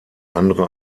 andere